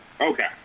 okay